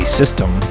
system